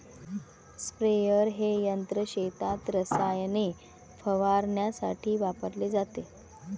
sprayer हे यंत्र शेतात रसायने फवारण्यासाठी वापरले जाते